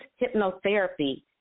hypnotherapy